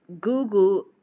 Google